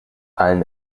allen